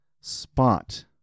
Spot